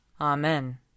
Amen